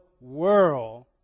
world